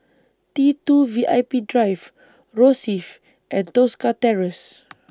T two V I P Drive Rosyth and Tosca Terrace